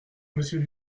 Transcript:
monsieur